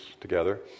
together